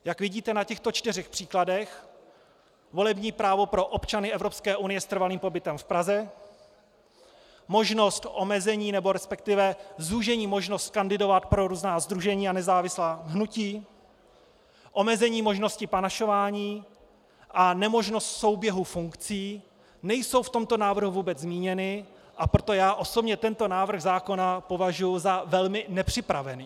Jak vidíte na těchto čtyřech příkladech volební právo pro občany Evropské unie s trvalým pobytem v Praze, možnost omezení, nebo respektive zúžení možnosti kandidovat pro různá sdružení a nezávislá hnutí, omezení možnosti panašování a nemožnost souběhu funkcí nejsou v tomto návrhu vůbec zmíněny, a proto já osobně tento návrh zákona považuji za velmi nepřipravený.